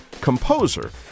composer